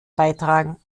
beitragen